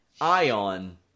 ION